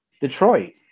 Detroit